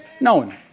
known